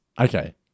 Okay